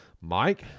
Mike